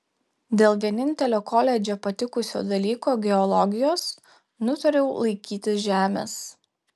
dėl vienintelio koledže patikusio dalyko geologijos nutariau laikytis žemės